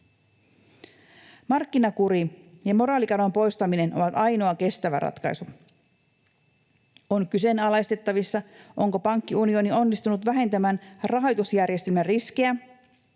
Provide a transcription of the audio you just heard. Markkinakuri ja moraalikadon poistaminen ovat ainoa kestävä ratkaisu. On kyseenalaistettavissa, onko pankkiunioni onnistunut vähentämään rahoitusjärjestelmän riskejä